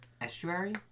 estuary